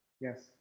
yes